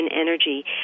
energy